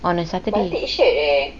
on a saturday